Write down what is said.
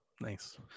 Nice